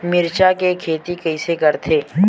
मिरचा के खेती कइसे करथे?